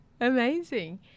Amazing